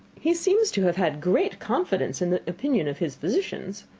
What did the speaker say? he seems to have had great confidence in the opinion of his physicians.